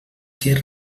que